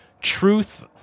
truth